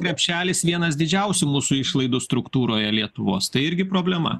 krepšelis vienas didžiausių mūsų išlaidų struktūroje lietuvos tai irgi problema